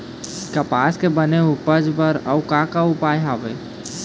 कपास के बने उपज बर अउ का का उपाय हवे?